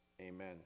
amen